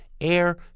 Air